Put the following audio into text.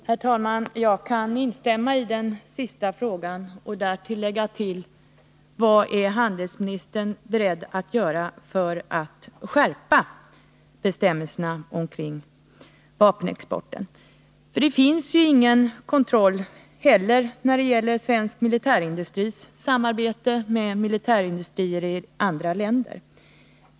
Fru talman! Jag kan instämma i det senaste, och jag vill därtill lägga: Vad är handelsministern beredd att göra för att skärpa bestämmelserna om vapenexporten? Det finns inte heller någon kontroll när det gäller svensk militärindustris samarbete med militärindustrier i andra länder.